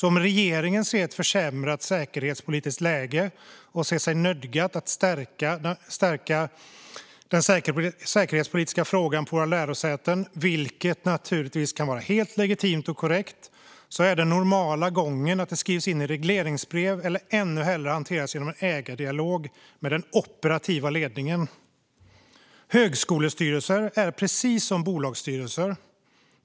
Om regeringen ser ett försämrat säkerhetspolitiskt läge och ser sig nödgad att stärka den säkerhetspolitiska frågan på våra lärosäten, vilket naturligtvis kan vara helt legitimt och korrekt, är den normala gången att det skrivs in i regleringsbrev eller ännu hellre hanteras genom en ägardialog med den operativa ledningen. Högskolestyrelser är precis som bolagsstyrelser.